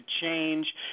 change